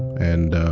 and,